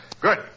Good